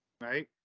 right